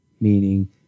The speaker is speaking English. meaning